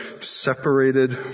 separated